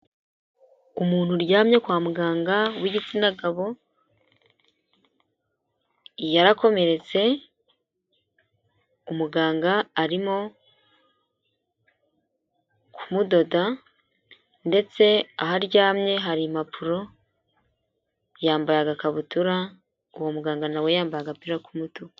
Umuntu uryamye kwa muganga w'igitsina gabo yarakomeretse, umuganga arimo kumudoda ndetse aho aryamye hari impapuro, yambaye agakabutura, uwo muganga nawe yambaye agapira k'umutuku.